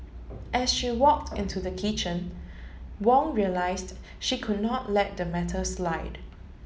as she walked into the kitchen Wong realised she could not let the matter slide